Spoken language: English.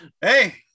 Hey